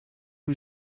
who